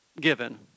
given